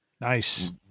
Nice